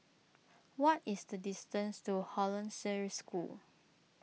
what is the distance to Hollandse School